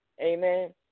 Amen